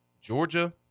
Georgia